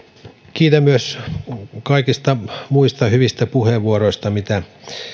kiitän myös kaikista muista hyvistä puheenvuoroista mitä